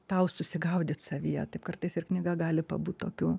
tau susigaudyt savyje taip kartais ir knyga gali pabūt tokiu